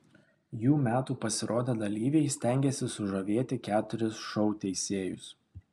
jų metų pasirodę dalyviai stengėsi sužavėti keturis šou teisėjus